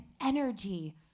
energy